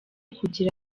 kugira